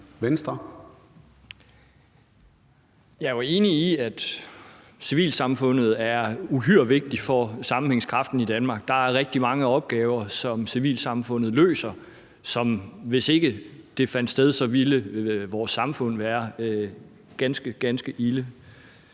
Jeg er jo enig i, at civilsamfundet er uhyre vigtigt for sammenhængskraften i Danmark. Der er rigtig mange opgaver, som civilsamfundet løser, og hvis ikke det fandt sted, ville vores samfund være ganske, ganske ilde